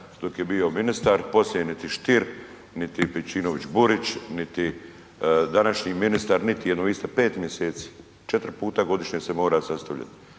dok je bio ministar, poslije niti Stier niti Pejčinović-Burić niti današnji ministar, niti .../nerazumljivo/... 5 mjeseci, 4 puta godišnje se mora sastavljati,